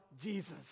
Jesus